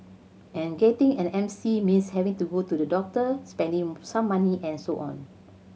and getting an M C means having to go to the doctor spending some money and so on